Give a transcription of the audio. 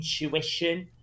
intuition